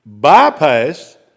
bypass